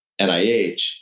NIH